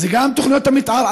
זה גם תוכניות המתאר.